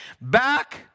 back